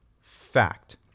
fact